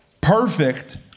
perfect